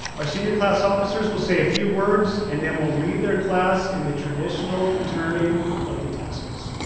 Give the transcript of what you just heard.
our senior class officers will say a few words and then will lead their class in the traditional turning of the tassels.